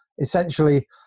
essentially